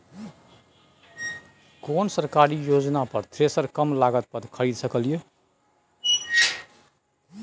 केना सरकारी योजना पर थ्रेसर कम लागत पर खरीद सकलिए?